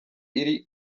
iri